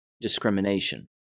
discrimination